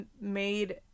made